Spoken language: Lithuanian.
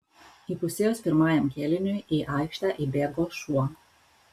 įpusėjus pirmajam kėliniui į aikštę įbėgo šuo